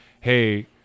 Hey